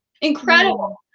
Incredible